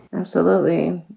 absolutely.